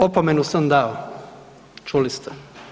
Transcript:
Opomenu sam dao, čuli ste.